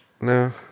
No